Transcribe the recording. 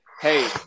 hey